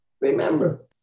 remember